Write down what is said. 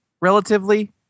relatively